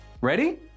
Ready